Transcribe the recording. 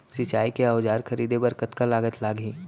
सिंचाई के औजार खरीदे बर कतका लागत लागही?